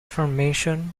formation